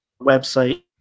website